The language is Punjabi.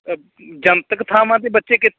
ਜਨਤਕ ਥਾਵਾਂ 'ਤੇ ਬੱਚੇ ਕਿੱ